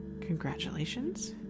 congratulations